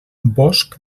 bosc